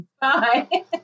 Bye